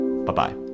Bye-bye